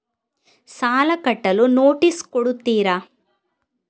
ಸಾಲ ಕಟ್ಟಲು ನೋಟಿಸ್ ಕೊಡುತ್ತೀರ?